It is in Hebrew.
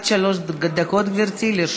גברתי, עד שלוש דקות לרשותך.